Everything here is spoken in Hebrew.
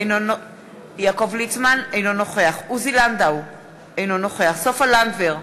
אינו נוכח עוזי לנדאו, אינו נוכח סופה לנדבר,